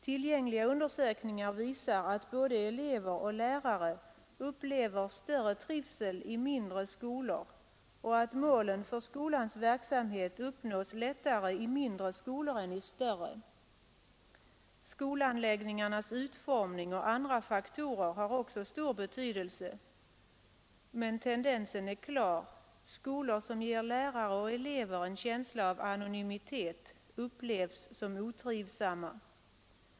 Tillgängliga undersökningar visar att både elever och lärare upplever mera trivsel i mindre skolor och att målen för skolans verksamhet uppnås lättare i mindre skolor än i större. Skolanläggningarnas utformning och flera andra faktorer har också en stor betydelse. Men tendensen är klar: skolor som ger lärare och elever en känsla av anonymitet upplevs som otrivsamma.